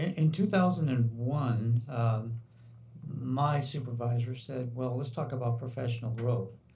in two thousand and one my supervisor said, well, let's talk about professional growth.